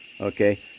okay